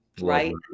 Right